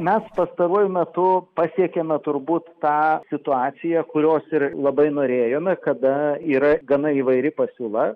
mes pastaruoju metu pasiekėme turbūt tą situaciją kurios ir labai norėjome kada yra gana įvairi pasiūla